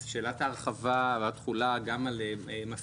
אז שאלת ההרחבה והתחולה גם על מפעילים